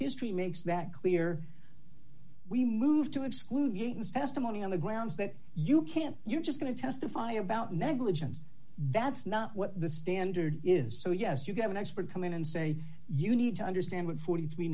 history makes that clear we move to exclude events testimony on the grounds that you can't you just got to testify about negligence that's not what the standard is so yes you have an expert come in and say you need to understand what four th